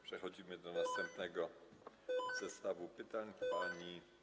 Przechodzimy do następnego zestawu pytań.